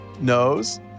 knows